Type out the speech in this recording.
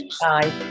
Bye